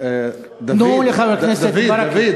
תנו לחבר הכנסת ברכה.